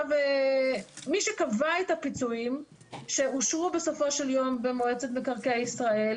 מי שקבע את הפיצויים שאושרו בסופו של יום במועצת מקרקעי ישראל,